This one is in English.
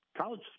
College